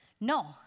No